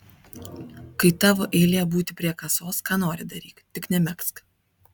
kai tavo eilė būti prie kasos ką nori daryk tik nemegzk